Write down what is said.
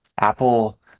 Apple